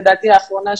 לדעתי האחרונה,